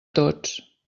tots